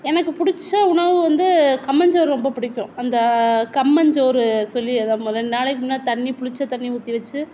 எனக்கு பிடிச்ச உணவு வந்து கம்மஞ்சோறு ரொம்ப பிடிக்கும் அந்த கம்மஞ்சோறு சொல்லி அதுவும் ரெண்டு நாளைக்கு முன்னாடி தண்ணி புளித்த தண்ணி ஊற்றி வைச்சு